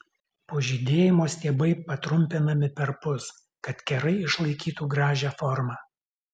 po žydėjimo stiebai patrumpinami perpus kad kerai išlaikytų gražią formą